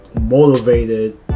motivated